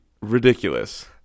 ridiculous